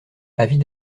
avis